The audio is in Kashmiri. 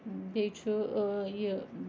بیٚیہِ چھُ یہِ